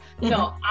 No